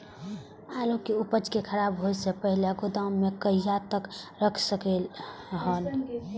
आलु के उपज के खराब होय से पहिले गोदाम में कहिया तक रख सकलिये हन?